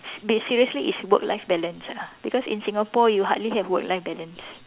s~ seriously it's work life balance ah because in Singapore you hardly have work life balance